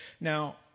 now